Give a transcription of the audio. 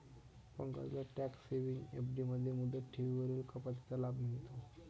पंकजला tax saving FD मध्ये मुदत ठेवींवरील कपातीचा लाभ मिळतो